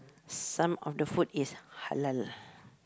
some of the food is Halal